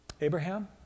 Abraham